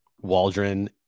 Waldron